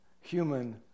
human